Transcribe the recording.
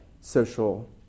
social